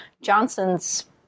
Johnson's